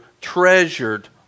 treasured